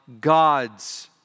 God's